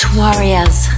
warriors